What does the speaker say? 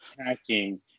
attacking